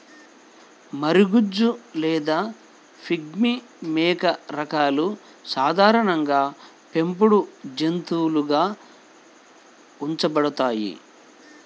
మరగుజ్జు లేదా పిగ్మీ మేక రకాలు సాధారణంగా పెంపుడు జంతువులుగా ఉంచబడతాయి